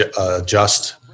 adjust